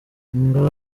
ngabo